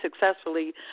successfully